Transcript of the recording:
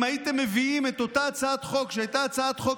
אם הייתם מביאים את אותה הצעת חוק שהייתה הצעת חוק